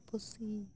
ᱯᱩᱥᱤ